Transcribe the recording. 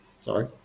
sorry